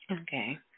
Okay